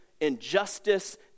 injustice